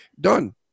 done